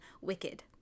Wicked